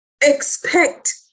expect